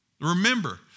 Remember